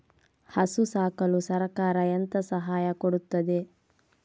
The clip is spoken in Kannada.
ಹಸು ಸಾಕಲು ಸರಕಾರ ಎಂತ ಸಹಾಯ ಕೊಡುತ್ತದೆ?